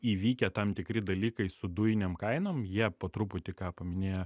įvykę tam tikri dalykai su dujinėm kainom jie po truputį ką paminėja